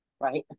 Right